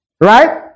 Right